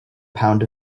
pound